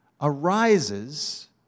arises